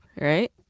right